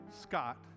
Scott